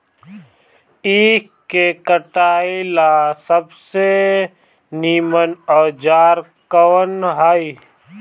ईख के कटाई ला सबसे नीमन औजार कवन होई?